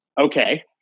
Okay